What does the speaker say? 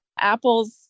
Apples